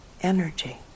energy